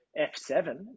F7